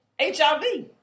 HIV